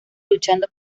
luchando